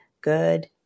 good